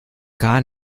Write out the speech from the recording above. gar